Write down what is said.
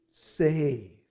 save